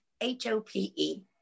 h-o-p-e